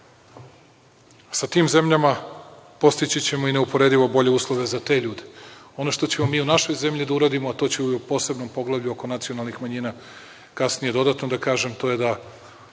sa tim zemljama postići ćemo i neuporedivo bolje uslove za te ljude. Ono što ćemo mi u našoj zemlji da uradimo, a to ću u posebnom poglavlju oko nacionalnih manjina, kasnije dodatno da kažem, to je da